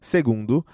Segundo